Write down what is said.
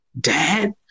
dad